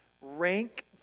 rank